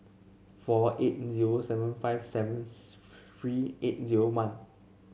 four eight zero seven five seven three eight zero one